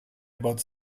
about